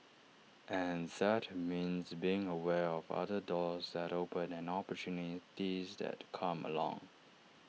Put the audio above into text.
and that means being aware of other doors that open and opportunities that come along